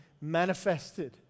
manifested